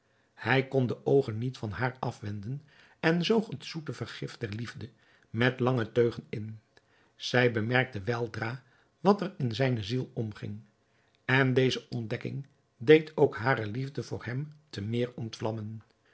hij kon de oogen niet van haar afwenden en zoog het zoete vergif der liefde met lange teugen in zij bemerkte weldra wat er in zijne ziel omging en deze ontdekking deed ook hare liefde voor hem te meer ontvlammen